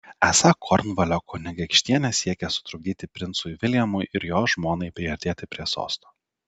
esą kornvalio kunigaikštienė siekia sutrukdyti princui viljamui ir jo žmonai priartėti prie sosto